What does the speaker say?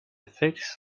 figs